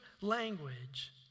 language